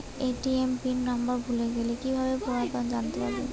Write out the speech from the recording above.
ATM pin number ভুলে গেলে কি ভাবে পুনরায় জানতে পারবো?